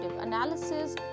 analysis